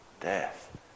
death